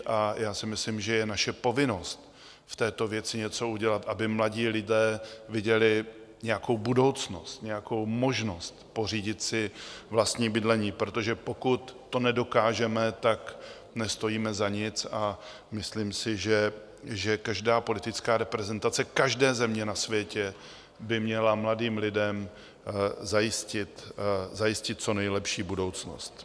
A já si myslím, že je naše povinnost v této věci něco udělat, aby mladí lidé viděli nějakou budoucnost, nějakou možnost pořídit si vlastní bydlení, protože pokud to nedokážeme, nestojíme za nic, a myslím si, že každá politická reprezentace každé země na světě by měla mladým lidem zajistit co nejlepší budoucnost.